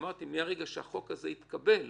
אמרתי שמרגע שהחוק הזה יתקבל,